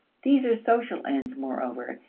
these are social ends, moreover,